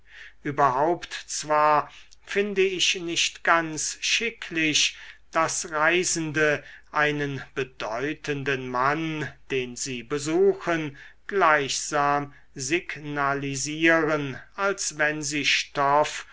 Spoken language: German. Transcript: überhaupt zwar finde ich nicht ganz schicklich daß reisende einen bedeutenden mann den sie besuchen gleichsam signalisieren als wenn sie stoff